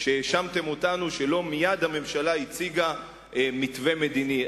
כשהאשמתם אותנו שהממשלה לא הציגה מייד מתווה מדיני.